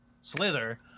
Slither